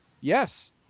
Yes